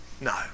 No